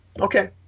Okay